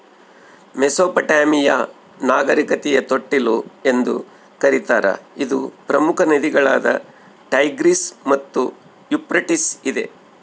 Mesopotamia ನಾಗರಿಕತೆಯ ತೊಟ್ಟಿಲು ಎಂದು ಕರೀತಾರ ಇದು ಪ್ರಮುಖ ನದಿಗಳಾದ ಟೈಗ್ರಿಸ್ ಮತ್ತು ಯೂಫ್ರಟಿಸ್ ಇದೆ